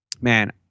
man